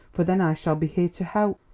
for then i shall be here to help.